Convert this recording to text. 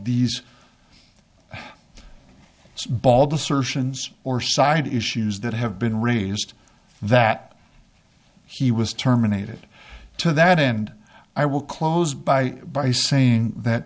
these bald assertions or side issues that have been raised that he was terminated to that end i will close by by saying that